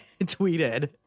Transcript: tweeted